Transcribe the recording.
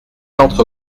entre